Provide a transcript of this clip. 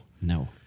no